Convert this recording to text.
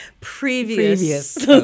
Previous